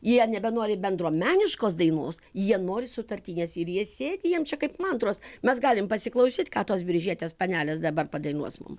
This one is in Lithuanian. jie nebenori bendruomeniškos dainos jie nori sutartinės ir jie sėdi jiem čia kaip mantros mes galim pasiklausyt ką tos biržietės panelės dabar padainuos mum